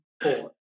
four